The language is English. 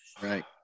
Right